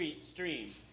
stream